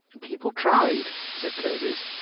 people tried, said clovis,